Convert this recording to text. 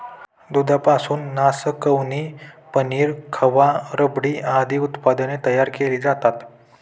दुधापासून नासकवणी, पनीर, खवा, रबडी आदी उत्पादने तयार केली जातात